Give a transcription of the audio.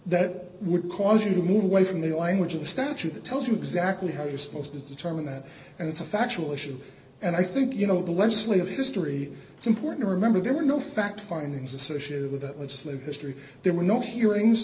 that would cause you to move away from the language of the statute that tells you exactly how you're supposed to determine that and it's a factual issue and i think you know the legislative history it's important to remember there were no fact findings associated with that legislative history there were not hearings